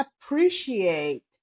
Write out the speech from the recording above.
appreciate